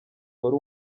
wari